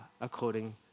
according